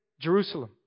Jerusalem